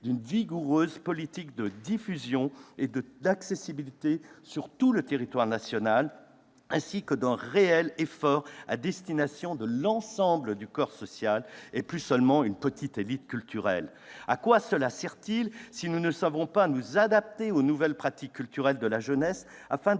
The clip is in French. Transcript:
d'une vigoureuse politique de diffusion et d'accessibilité sur tout le territoire national et d'un réel effort à destination de l'ensemble du corps social et plus seulement d'une petite élite culturelle ? À quoi cela sert-il si nous ne savons pas nous adapter aux nouvelles pratiques culturelles de la jeunesse